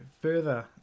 further